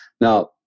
Now